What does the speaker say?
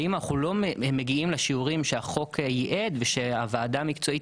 ואם אנחנו לא מגיעים לשיעורים שהחוק ייעד ושהוועדה המקצועית